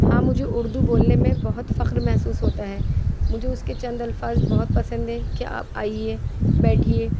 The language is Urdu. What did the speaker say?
ہاں مجھے اُردو بولنے میں بہت فخر محسوس ہوتا ہے مجھے اُس کے چند الفاظ بہت پسند ہیں کہ آپ آئیے بیٹھیے